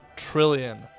trillion